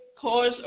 cause